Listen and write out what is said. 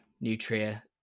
nutria